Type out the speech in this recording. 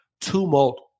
tumult